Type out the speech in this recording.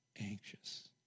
anxious